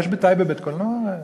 יש בטייבה בית-קולנוע?